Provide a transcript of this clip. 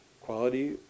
quality